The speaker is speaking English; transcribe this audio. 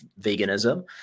veganism